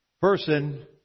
person